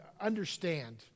understand